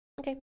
okay